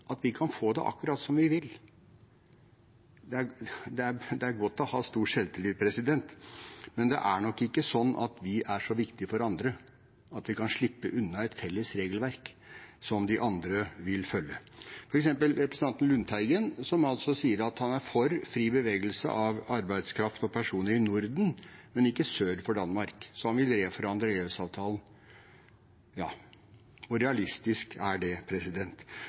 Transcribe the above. at vi kan få det akkurat som vi vil: Det er godt å ha stor selvtillit, men det er nok ikke sånn at vi er så viktige for andre at vi kan slippe unna et felles regelverk som de andre vil følge. Ta f.eks. representanten Lundteigen, som sier at han er for fri bevegelse av arbeidskraft og personer i Norden, men ikke sør for Danmark, så han vil reforhandle EØS-avtalen. Ja, hvor realistisk er det?